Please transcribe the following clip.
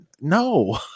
no